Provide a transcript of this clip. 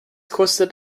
kostet